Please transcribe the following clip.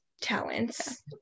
talents